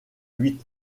huit